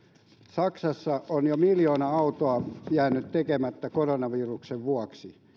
saksassa on jo miljoona autoa jäänyt tekemättä koronaviruksen vuoksi